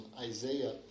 Isaiah